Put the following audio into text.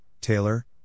Taylor